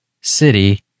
City